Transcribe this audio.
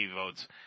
votes